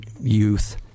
youth